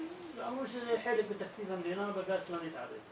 הם אמרו שזה חלק מתקציב המדינה, בג"צ לא מתערב,